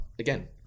again